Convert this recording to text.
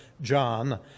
john